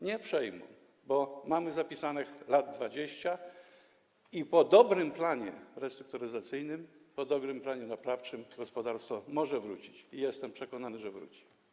Nie przejmą, bo mamy, jak zapisano, na to lat 20 i po dobrym planie restrukturyzacyjnym, po dobrym planie naprawczym w gospodarstwie może wrócić płynność, i jestem przekonany, że wróci.